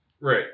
Right